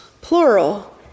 plural